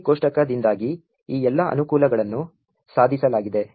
GOT ಕೋಷ್ಟಕದಿಂದಾಗಿ ಈ ಎಲ್ಲಾ ಅನುಕೂಲಗಳನ್ನು ಸಾಧಿಸಲಾಗಿದೆ